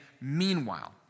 meanwhile